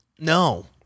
no